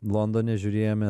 londone žiūrėjome